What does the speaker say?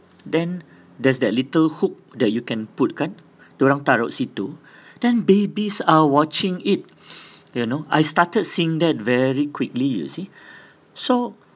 then there's that little hook that you can put kan dorang taruk situ then babies are watching it you know I started seeing that very quickly you see so